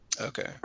Okay